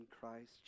Christ